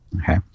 Okay